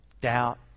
doubt